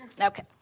Okay